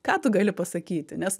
ką tu gali pasakyti nes